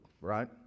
right